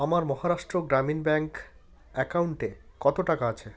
আমার মহারাষ্ট্র গ্রামীণ ব্যাঙ্ক অ্যাকাউন্টে কত টাকা আছে